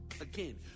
Again